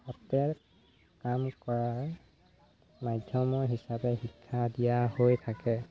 তাতে কাম কৰাৰ মাধ্যমৰ হিচাপে শিক্ষা দিয়া হৈ থাকে